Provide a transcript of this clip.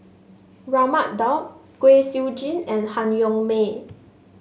Raman Daud Kwek Siew Jin and Han Yong May